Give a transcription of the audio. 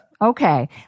Okay